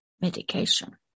medication